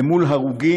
אל מול הרוגים,